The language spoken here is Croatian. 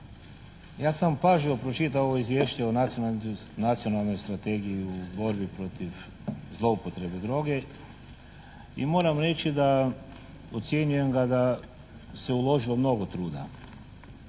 Ja sam pažljivo pročitao ovo Izvješće o Nacionalnoj strategiji u borbi protiv zloupotrebe droge i moram reći da ocjenjujem ga da se uložilo mnogo truda.